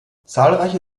zahlreiche